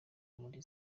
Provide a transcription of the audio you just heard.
muri